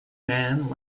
man